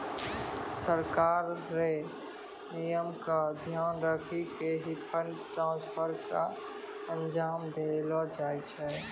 सरकार र नियम क ध्यान रखी क ही फंड ट्रांसफर क अंजाम देलो जाय छै